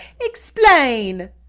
explain